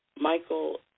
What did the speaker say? Michael